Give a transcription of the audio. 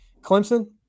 Clemson